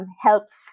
helps